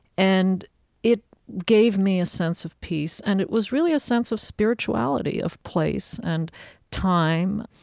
and it gave me a sense of peace, and it was really a sense of spirituality of place and time.